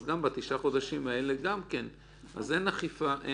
אז בתשעה החודשים האלה גם כן אין אכיפה.